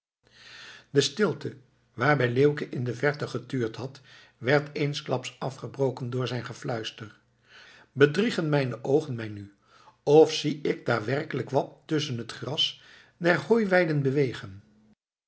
de stilte waarbij leeuwke in de verte getuurd had werd eensklaps afgebroken door zijn gefluister bedriegen mijne oogen mij nu of zie ik daar werkelijk wat tusschen het gras der hooiweiden bewegen